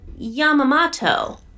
Yamamoto